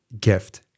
Gift